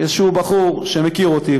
מבחור שמכיר אותי,